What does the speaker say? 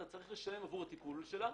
אתה צריך לשלם עבור הטיפול בה.